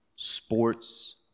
sports